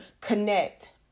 connect